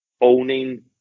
owning